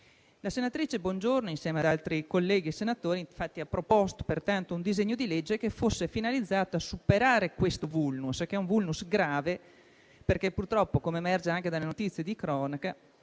La senatrice Bongiorno insieme ad altri colleghi senatori ha proposto pertanto un disegno di legge finalizzato a superare questo *vulnus*, che è grave perché purtroppo, come emerge anche dalle notizie di cronaca,